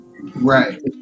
Right